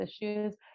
issues